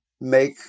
make